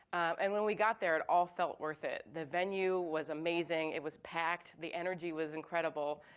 and when we got there, it all felt worth it. the venue was amazing, it was packed, the energy was incredible.